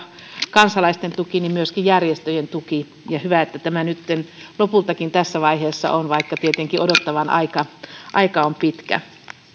kansalaisten tuki myöskin järjestöjen tuki ja hyvä että tämä nytten lopultakin tässä vaiheessa on vaikka tietenkin odottavan aika on pitkä